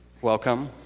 welcome